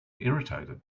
irritated